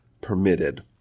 permitted